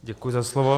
Děkuji za slovo.